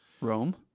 Rome